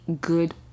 good